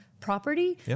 property